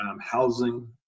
housing